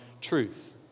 truth